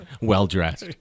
Well-dressed